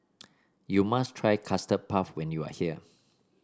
you must try Custard Puff when you are here